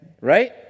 right